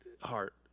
heart